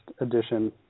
edition